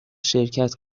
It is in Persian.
شرکت